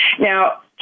Now